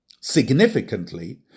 Significantly